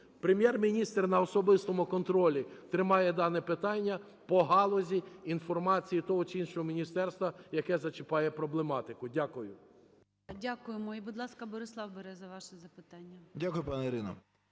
Прем'єр-міністр на особистому контролі тримає дане питання по галузі інформації того чи іншого міністерства, яке зачіпає проблематику. Дякую. ГОЛОВУЮЧИЙ. Дякуємо. І, будь ласка, Борислав Береза, ваше запитання. 10:57:30 БЕРЕЗА